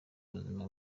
ubuzima